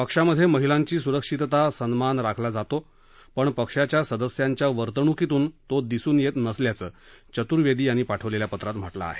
पक्षामधे महिलांची सुरक्षितता सन्मान राखला जातो परंत् पक्षाच्या सदस्यांच्या वर्तणूकीतून तो दिसून येत नसल्याचं चतूर्वेदी यांनी पाठवलेल्या पत्रात म्हटलं आहे